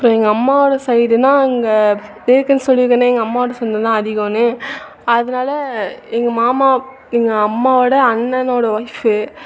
அப்புறோம் எங்கள் அம்மாவோடய சைடுன்னா எங்கே ஏற்கனே சொல்லிருக்கனே எங்கள் அம்மாவோடய சொந்தம்தான் அதிகோம்ன்னு அதனால எங்கள் மாமா எங்கள் அம்மாவோடய அண்ணனோடய ஒய்ஃபு